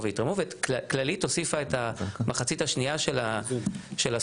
ויתרמו וכללית הוסיפה את המחצית השנייה של הסכום,